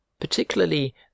particularly